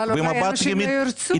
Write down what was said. אבל אולי אנשים לא ירצו.